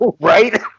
right